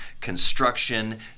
construction